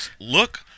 look